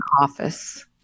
office